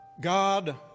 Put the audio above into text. God